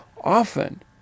Often